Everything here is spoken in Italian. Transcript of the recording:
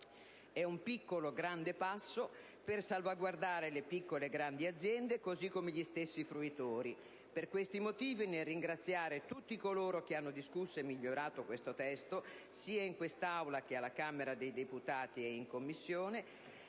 È un piccolo grande passo per salvaguardare le piccole grandi aziende, così come gli stessi fruitori. Per questi motivi, nel ringraziare tutti coloro che hanno discusso e migliorato questo testo, sia in quest'Aula che alla Camera dei deputati e in Commissione,